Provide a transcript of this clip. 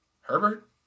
Herbert